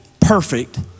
perfect